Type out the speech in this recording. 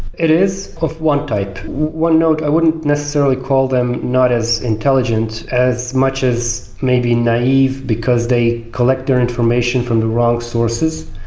it is of one type. one note, i wouldn't necessarily call them not as intelligent, as much as maybe naive because they collect their information from the wrong sources.